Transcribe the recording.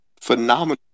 Phenomenal